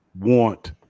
want